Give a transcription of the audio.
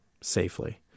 safely